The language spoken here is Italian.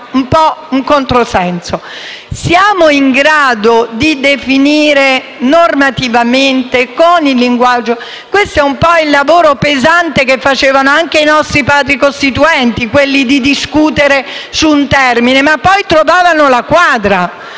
sembra un controsenso. Siamo in grado di definire normativamente e con il linguaggio? Questo è il lavoro pesante che facevano anche i nostri padri Costituenti, cioè quello di discutere su un termine, ma poi trovavano la quadra.